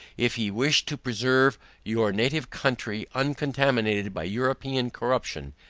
if ye wish to preserve your native country uncontaminated by european corruption,